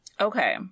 Okay